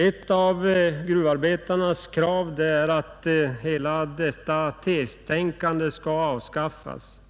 Ett av gruvarbetarnas krav är att hela detta testänkande skall avskaffas.